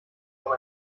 auch